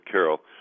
Carol